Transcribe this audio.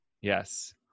Yes